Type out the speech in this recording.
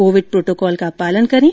Covid protocol का पालन करें